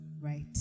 right